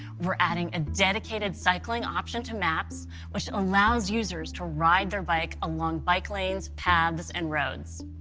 we're adding a dedicated cycling option to maps which allows users to ride their bike along bike lanes, paths and roads.